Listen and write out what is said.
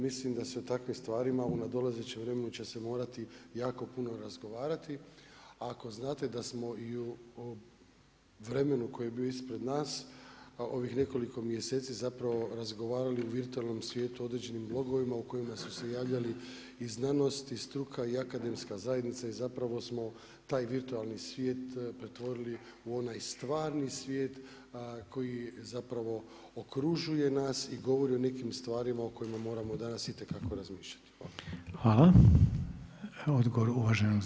Mislim da se o takvim stvarima u nadolazećem vremenu će se morati jako puno razgovarati a ako znate da smo i u vremenu koje je bilo ispred nas ovih nekoliko mjeseci zapravo razgovarali u virtualnom svijetu određenim blogovima u kojima su se javljali i znanost i struka i akademska zajednica i zapravo smo taj virtualni svijet pretvorili u onaj stvarni svije koji zapravo okružuje nas i govori o nekim stvarima o kojima moramo danas itekako razmišljati.